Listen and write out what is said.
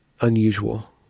Unusual